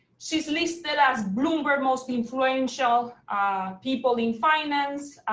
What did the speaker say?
she's listed as bloomberg most influential people in finance,